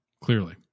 Clearly